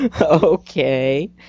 Okay